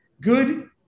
good